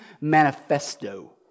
Manifesto